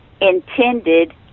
intended